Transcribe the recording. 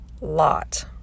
lot